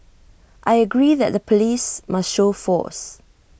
I agree that the Police must show force